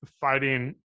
fighting